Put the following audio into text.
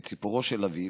את סיפורו של אביו,